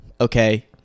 Okay